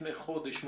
לפני חודש,